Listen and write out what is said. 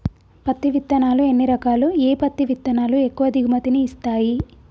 పత్తి విత్తనాలు ఎన్ని రకాలు, ఏ పత్తి విత్తనాలు ఎక్కువ దిగుమతి ని ఇస్తాయి?